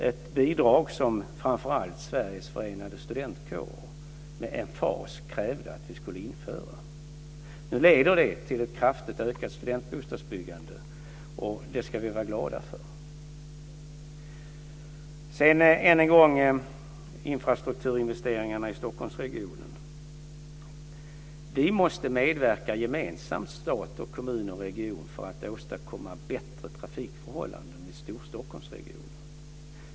Det är ett bidrag som framför allt Sveriges Förenade Studentkårer med emfas krävde att vi skulle införa. Nu leder det till ett kraftigt ökat studentbostadsbyggande, och det ska vi vara glada för. Sedan ska jag än en gång ta upp infrastrukturinvesteringarna i Stockholmsregionen. Vi måste medverka gemensamt - stat, kommun och region - för att åstadkomma bättre trafikförhållanden i Storstockholmsregionen.